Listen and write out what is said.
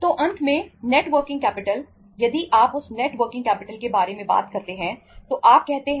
तो अंत में नेट वर्किंग कैपिटल के बारे में बात करना चाहते हैं